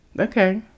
Okay